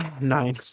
Nine